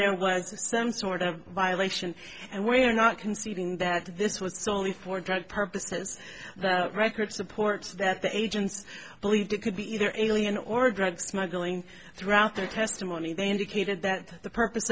there was some sort of violation and we're not conceding that this was solely for drug purposes that record supports that the agents believed it could be either alien or drug smuggling throughout their testimony they indicated that the purpose